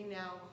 now